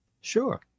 Sure